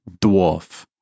Dwarf